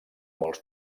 molts